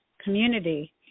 community